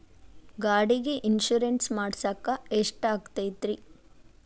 ಗಾಡಿಗೆ ಇನ್ಶೂರೆನ್ಸ್ ಮಾಡಸಾಕ ಎಷ್ಟಾಗತೈತ್ರಿ?